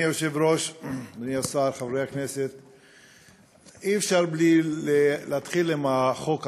אי-אפשר בלי להתחיל מהחוק עצמו,